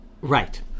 right